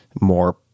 more